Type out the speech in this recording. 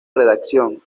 redacción